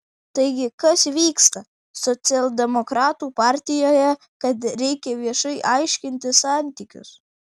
taigi kas vyksta socialdemokratų partijoje kad reikia viešai aiškintis santykius